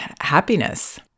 happiness